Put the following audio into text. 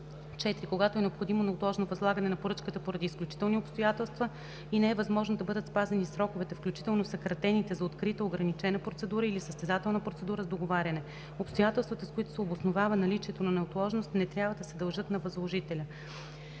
4. когато е необходимо неотложно възлагане на поръчката поради изключителни обстоятелства и не е възможно да бъдат спазени сроковете, включително съкратените, за открита, ограничена процедура или състезателна процедура с договаряне. Обстоятелствата, с които се обосновава наличието на неотложност, не трябва да се дължат на възложителя;